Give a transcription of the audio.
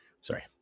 Sorry